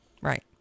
Right